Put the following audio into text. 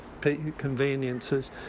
conveniences